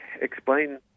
explain